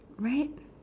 right